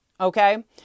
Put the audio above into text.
okay